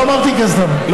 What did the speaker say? לא אמרתי כזה דבר.